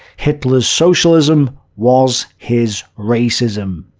hitler's socialism was his racism.